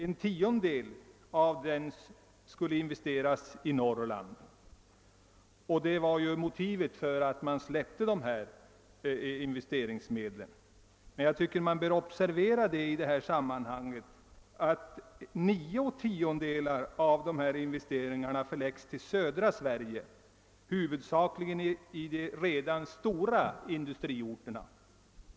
En tiondel skulle investeras i Norrland, vilket var motivet till att investeringsmedlen släpptes fria. Man bör emellertid i detta sammanhang observera att nio tiondelar av dessa investeringar sker i södra Sverige — huvudsakligen i redan stora industriorter.